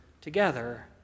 together